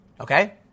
Okay